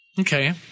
Okay